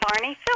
Barney